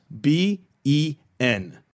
b-e-n